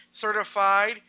certified